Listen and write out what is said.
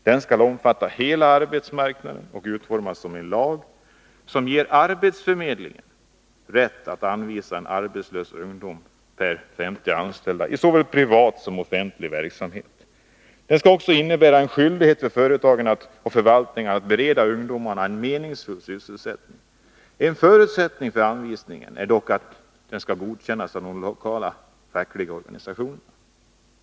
Den skall omfatta hela arbetsmarknaden och utformas som en lag, som ger arbetsförmedlingen rätt att anvisa en arbetslös ungdom per 50 anställda i såväl privat som offentlig verksamhet. Den skall också innebära en skyldighet för företagen och förvaltningarna att bereda ungdomarna en meningsfull sysselsättning. En förutsättning för anvisningen är dock att den skall godkännas av de lokala fackliga organisationerna.